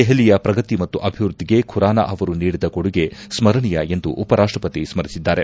ದೆಹಲಿಯ ಪ್ರಗತಿ ಮತ್ತು ಅಭಿವೃದ್ಧಿಗೆ ಖುರಾನ ಅವರು ನೀಡಿದ ಕೊಡುಗೆ ಸ್ಕರಣೀಯ ಎಂದು ಉಪರಾಷ್ಟಪತಿ ಸ್ಮರಿಸಿದ್ದಾರೆ